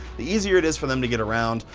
the easier it is for them to get around,